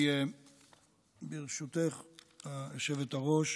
ברשותך, היושבת-ראש,